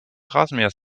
rasenmähers